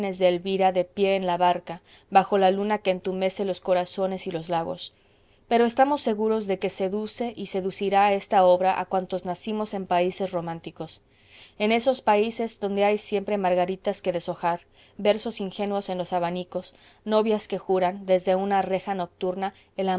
elvira de pie en la barca bajo la luna que entumece los corazones y los lagos pero estamos seguros de que seduce y seducirá esta obra a cuantos nacimos en países románticos en esos países donde hay siempre margaritas que deshojar versos ingenuos en los abanicos novias que juran desde una reja nocturna